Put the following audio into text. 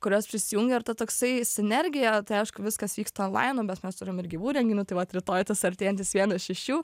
kurios prisijungė ir to toksai sinergija tai aišku viskas vyksta onlainu bet mes turim ir gyvų renginių tai vat rytoj tas artėjantis vienas iš jų